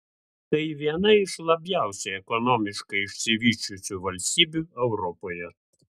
tai viena iš labiausiai ekonomiškai išsivysčiusių valstybių europoje